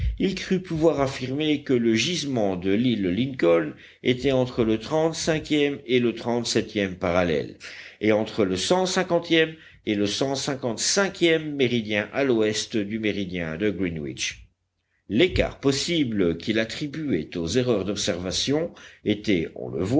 il crut pouvoir affirmer que le gisement de l'île lincoln était entre le trente-cinquième et le trente-septième parallèle et entre le cent cinquantième et le cent cinquantecinquième méridien à l'ouest du méridien de greenwich l'écart possible qu'il attribuait aux erreurs d'observation était